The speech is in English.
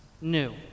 new